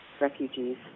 refugees